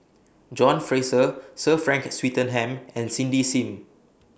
John Fraser Sir Frank Swettenham and Cindy SIM